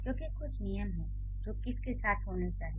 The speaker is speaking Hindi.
क्योंकि कुछ नियम हैं जो किस के साथ होने चाहिए